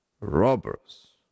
robbers